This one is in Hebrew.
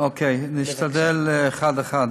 אוקיי, נשתדל אחת-אחת.